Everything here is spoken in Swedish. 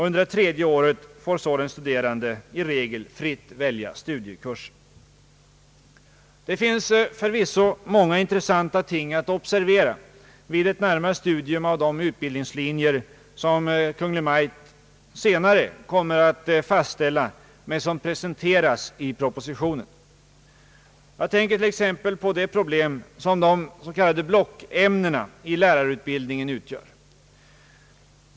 Under det tredje året får den studerande i regel fritt välja studiekurs. Det finns förvisso många intressanta ting att observera vid ett närmare studium av de utbildningslinjer som Kungl. Maj:t senare kommer att fastställa men som presenteras i propositionen. Jag tänker t.ex. på de problem som de s.k. blockämnena i lärarutbildningen utgör.